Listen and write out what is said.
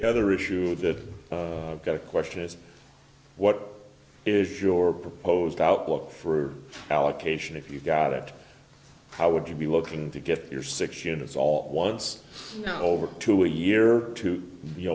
the other issue that got a question is what is your proposed outlook for allocation if you got it how would you be looking to get your six units all once over to a year to